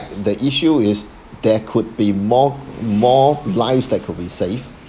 the issue is there could be more more lives that could be saved